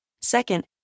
Second